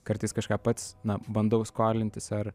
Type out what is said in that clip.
kartais kažką pats na bandau skolintis ar